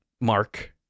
mark